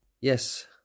Yes